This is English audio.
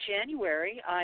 January